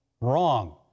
Wrong